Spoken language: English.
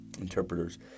interpreters